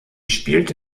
spielte